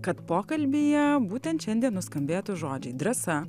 kad pokalbyje būtent šiandien nuskambėtų žodžiai drąsa